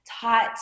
taught